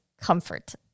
comfort